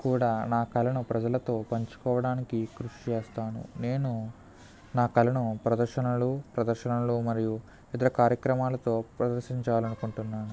కూడా నా కళను ప్రజతో పంచుకోవడానికి కృషి చేస్తాను నేను నా కళను ప్రదర్శనలు ప్రదర్శనలలో మరియు వివిధ కార్యక్రమాలతో ప్రదర్శించాలనుకుంటున్నాను